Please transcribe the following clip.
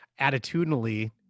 attitudinally